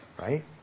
Right